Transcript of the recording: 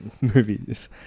movies